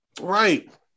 Right